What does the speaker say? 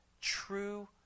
true